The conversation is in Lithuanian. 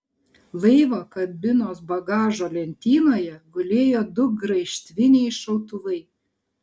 laivo kabinos bagažo lentynoje gulėjo du graižtviniai šautuvai